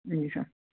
जी sir